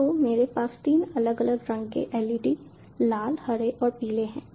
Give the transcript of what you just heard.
तो मेरे पास तीन अलग अलग रंग के LED लाल हरे और पीले हैं